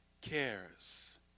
cares